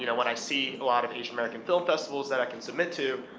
you know when i see a lot of asian american film festivals that i can submit to,